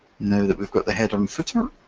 now that we've got the header and footer,